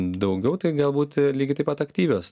daugiau tai galbūt lygiai taip pat aktyvios